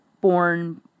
born